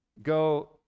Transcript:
Go